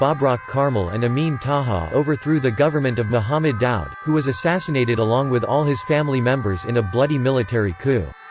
babrak karmal and amin taha overthrew the government of mohammad daoud, who was assassinated along with all his family members in a bloody military coup.